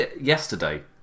yesterday